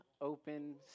open